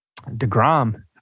DeGrom